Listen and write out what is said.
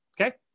Okay